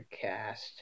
Cast